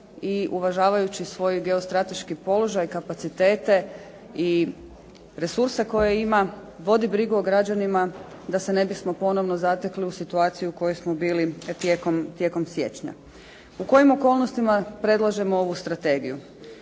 i uvažavajući svoj geostrateški položaj, kapacitete i resurse koje ima, vodi brigu o građanima da se ne bismo ponovo zatekli u situaciji u kojoj smo bili tijekom siječnja. U kojim okolnostima predlažemo ovu strategiju?